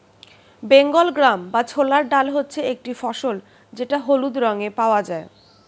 Bengal gram বা ছোলার ডাল হচ্ছে একটি ফসল যেটা হলুদ রঙে পাওয়া যায়